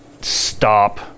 stop